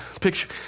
picture